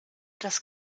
das